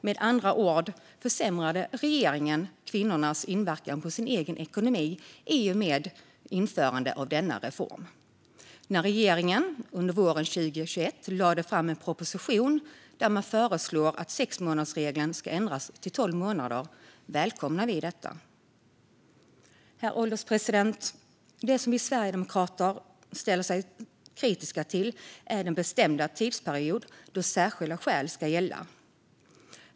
Med andra ord försämrade regeringen kvinnornas inverkan på sin egen ekonomi i och med införandet av denna reform. När regeringen under våren 2021 lade fram en proposition där man föreslog att sexmånadersregeln ska ändras till tolv månader välkomnade vi detta. Herr ålderspresident! Det som vi sverigedemokrater ställer oss kritiska till är den bestämda tidsperiod då särskilda skäl ska gälla.